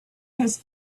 has